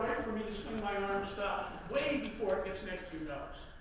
for me to swing my arms stop way before it gets next to your nose,